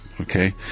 Okay